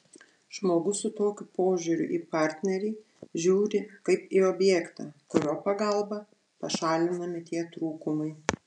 žmogus su tokiu požiūriu į partnerį žiūri kaip į objektą kurio pagalba pašalinami tie trūkumai